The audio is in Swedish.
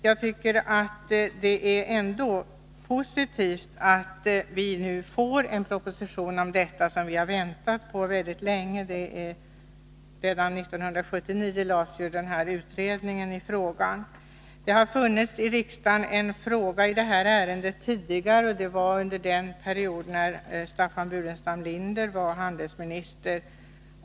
Jag tycker ändå att det är positivt att vi nu skall få en proposition där dessa frågor behandlas, något som vi har väntat på mycket länge. Utredningen i fråga lades ju fram redan år 1979. Det har ställts en fråga i det här ärendet tidigare, nämligen under den period när Staffan Burenstam Linder var handelsminister.